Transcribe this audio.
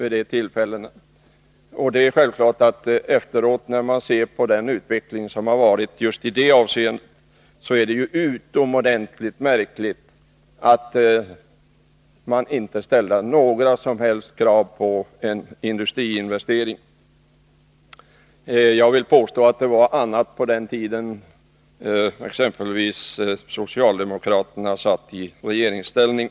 Det är självklart att man efteråt, när man ser på utvecklingen i just detta avseende, tycker att det är utomordentligt märkligt att det inte ställdes några som helst krav på industriinvesteringar. Jag vill påstå att det var annorlunda under den tid då socialdemokraterna satt i regeringsställning.